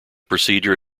procedure